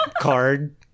card